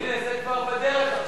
זה כבר בדרך.